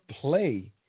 play